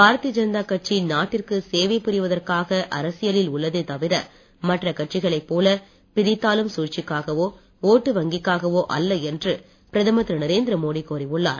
பாரதிய ஜனதா கட்சி நாட்டிற்கு சேவை புரிவதற்காக அரசியலில் உள்ளதே தவிர மற்ற கட்சிகளைப் போல பிரித்தாளும் சூழ்ச்சிக்காகவோ ஓட்டு வங்கிக்காகவோ அல்ல என்று பிரதமர் திரு நரேந்திர மோடி கூறியுள்ளார்